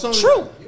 True